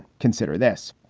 consider this.